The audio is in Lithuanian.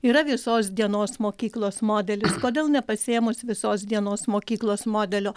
yra visos dienos mokyklos model kodėl nepasiėmus visos dienos mokyklos modelio